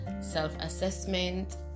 self-assessment